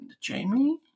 Jamie